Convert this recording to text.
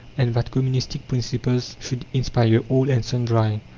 and that communistic principles should inspire all and sundry.